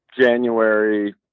January